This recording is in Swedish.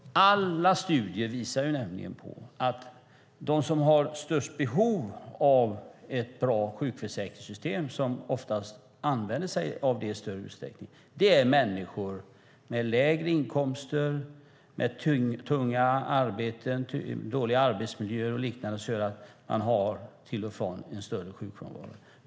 Alla studier visar nämligen att de som har störst behov av ett bra sjukförsäkringssystem och de som i störst utsträckning använder sig av detta är människor med lägre inkomster, tunga arbeten, dålig arbetsmiljö och liknande. Det är det som gör att de till och från har en större sjukfrånvaro.